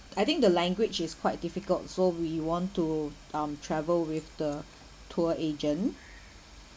I think the language is quite difficult so we want to um travel with the tour agent